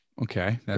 Okay